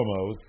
promos